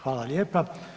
Hvala lijepa.